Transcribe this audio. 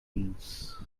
peas